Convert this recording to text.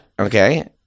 okay